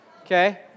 Okay